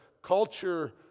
culture